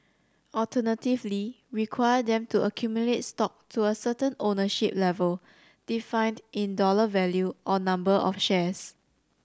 alternatively require them to accumulate stock to a certain ownership level defined in dollar value or number of shares